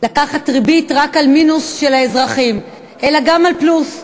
לקחת ריבית על מינוס של האזרחים אלא, גם על פלוס.